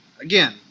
Again